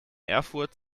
erfurt